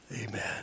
amen